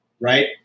right